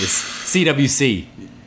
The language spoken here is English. CWC